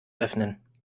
öffnen